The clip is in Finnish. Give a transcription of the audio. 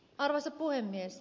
arvoisa puhemies